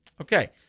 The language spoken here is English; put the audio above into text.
Okay